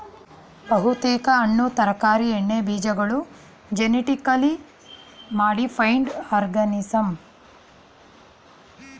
ಬಹುತೇಕ ಹಣ್ಣು ತರಕಾರಿ ಎಣ್ಣೆಬೀಜಗಳು ಜೆನಿಟಿಕಲಿ ಮಾಡಿಫೈಡ್ ಆರ್ಗನಿಸಂ